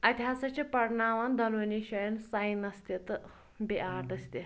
اَتہِ ہَسا چھِ پَرناوان دۄنؤنی شاین ساینَس تہِ تہٕ بیٚیہِ آرٹٕس تہِ